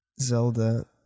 Zelda